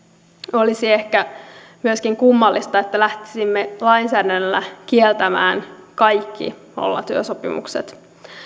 olisi ehkä myöskin kummallista että lähtisimme lainsäädännöllä kieltämään kaikki nollatyösopimukset